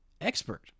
expert